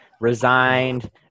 resigned